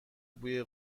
بوی